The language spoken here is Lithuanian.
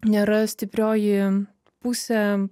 nėra stiprioji pusė